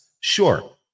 Sure